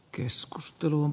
keskusteluun